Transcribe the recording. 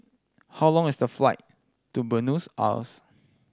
how long is the flight to Buenos Aires